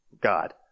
God